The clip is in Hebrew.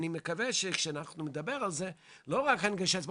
אני מקווה שכשאנחנו נדבר על לא רק הנגשת דברים,